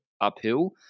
uphill